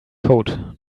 code